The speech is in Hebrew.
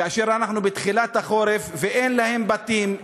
כאשר אנחנו בתחילת החורף ואין להם בתים,